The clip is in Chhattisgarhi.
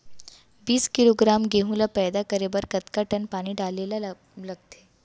बीस किलोग्राम गेहूँ ल पैदा करे बर कतका टन पानी डाले ल लगथे?